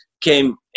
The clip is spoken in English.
came